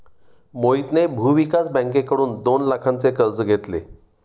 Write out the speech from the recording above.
मोहितने भूविकास बँकेकडून दोन लाखांचे कर्ज घेतले